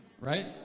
Right